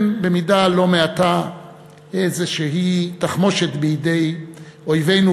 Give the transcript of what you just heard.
במידה לא מעטה איזושהי תחמושת בידי אויבינו,